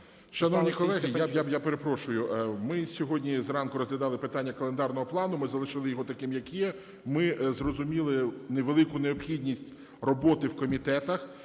Шановні колеги, я перепрошую. Ми сьогодні зранку розглядали питання календарного плану. Ми залишили його таким, як є. Ми зрозуміли велику необхідність роботи в комітетах.